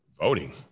voting